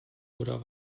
oder